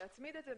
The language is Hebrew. להצמיד את זה.